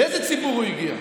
לאיזה ציבור הוא הגיע?